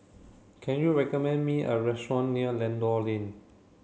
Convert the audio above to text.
can you recommend me a restaurant near Lentor Lane